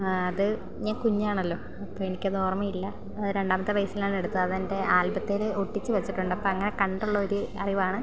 അത് ഞാൻ കുഞ്ഞാണല്ലോ അപ്പം എനിക്കത് ഓർമയില്ല അത് രണ്ടാമത്തെ വയസ്സിലാണ് എടുത്തത് അതെൻ്റെ ആൽബത്തേല് ഒട്ടിച്ച് വെച്ചിട്ടുണ്ട് അപ്പം അങ്ങനെ കണ്ട് ഉള്ള ഒരു അറിവാണ്